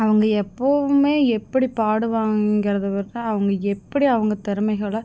அவங்க எப்பவுமே எப்படி பாடுவாங்கிறத விட அவங்க எப்படி அவங்க திறமைகள